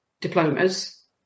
diplomas